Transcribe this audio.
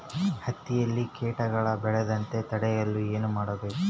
ಹತ್ತಿಯಲ್ಲಿ ಕೇಟಗಳು ಬೇಳದಂತೆ ತಡೆಯಲು ಏನು ಮಾಡಬೇಕು?